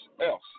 else